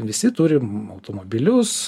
visi turim automobilius